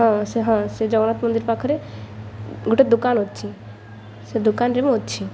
ହଁ ସେ ହଁ ସେ ଜଗନ୍ନାଥ ମନ୍ଦିର ପାଖରେ ଗୋଟେ ଦୋକାନ ଅଛି ସେ ଦୋକାନରେ ମୁଁ ଅଛି